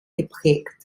geprägt